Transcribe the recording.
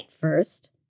first